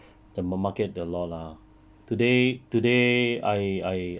orh okay 比较多啦什么 market 的 law lah